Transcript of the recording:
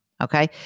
Okay